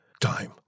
time